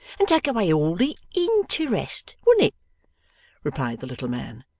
and take away all the interest, wouldn't it replied the little man.